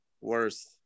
worse